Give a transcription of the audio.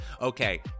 Okay